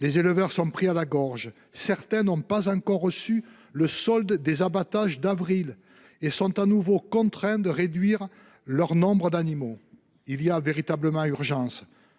Les éleveurs sont pris à la gorge. Certains n'ont pas encore reçu le solde des abattages d'avril et sont de nouveau contraints de réduire leur nombre d'animaux ... Il y a véritablement urgence.